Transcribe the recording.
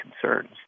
concerns